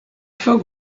feel